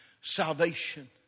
salvation